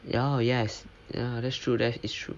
ya yes that's true that is true